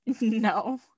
No